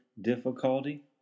difficulty